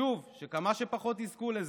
שוב, שכמה שפחות יזכו לזה.